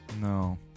No